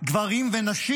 גברים ונשים.